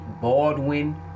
Baldwin